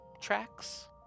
tracks